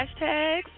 hashtags